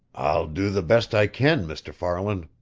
i'll do the best i can, mr. farland.